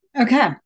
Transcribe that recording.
okay